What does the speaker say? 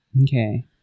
Okay